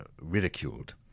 ridiculed